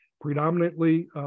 predominantly